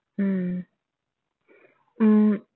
mm mm